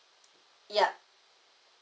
ya